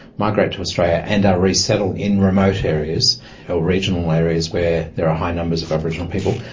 migrate to australia, and are resettled in remote areas or regional areas where there are high numbers of aboriginal people.